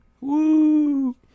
Woo